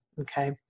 okay